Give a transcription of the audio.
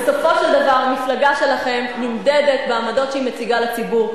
בסופו של דבר המפלגה שלכם נמדדת בעמדות שהיא מציגה לציבור,